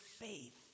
faith